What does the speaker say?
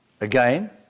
Again